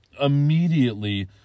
immediately